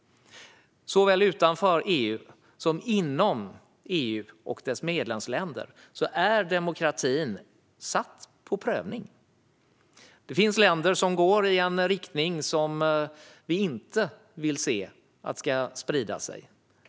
Såväl utanför EU som inom EU och dess medlemsländer är demokratin satt på prövning. Det finns länder som går i fel riktning, och vi vill inte se detta sprida sig.